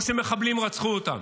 או שמחבלים רצחו אותם.